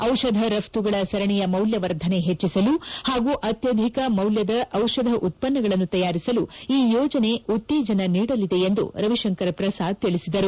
ಔಷಧ ರಫ್ತುಗಳ ಸರಣಿಯ ಮೌಲ್ಯವರ್ಧನೆ ಹೆಚ್ಚಿಸಲು ಹಾಗೂ ಅತ್ಯಧಿಕ ಮೌಲ್ಯದ ಔಷಧ ಉತ್ಪನ್ನಗಳನ್ನು ತಯಾರಿಸಲು ಈ ಯೋಜನೆ ಉತ್ತೇಜನ ನೀಡಲಿದೆ ಎಂದು ರವಿಶಂಕರ ಪ್ರಸಾದ್ ತಿಳಿಸಿದರು